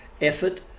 effort